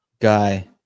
guy